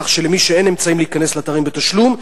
כך שלמי שאין אמצעים להיכנס לאתרים בתשלום,